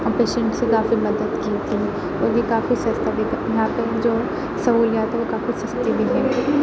اور پیشینٹس سے کافی مدد کی تھی اور یہ کافی سَستا بھی تھا یہاں پہ جو سہولیات ہے وہ کافی سَستی بھی ہے